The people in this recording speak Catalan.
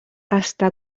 està